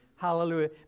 Hallelujah